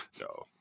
no